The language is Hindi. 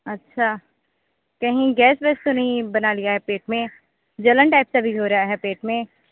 अच्छा कहीं गैस वेस तो नहीं बना लिया है पेट में जलन टाइप का भी हो रहा है पेट में